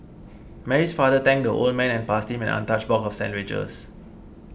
Mary's father thanked the old man and passed him an untouched box of sandwiches